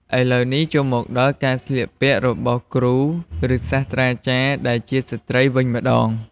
ឥឡូវនេះ ចូលមកដល់ការស្លៀកពាក់របស់គ្រូ ឬ សាស្ត្រចារ្យដែលជាស្ត្រីវិញម្ដង។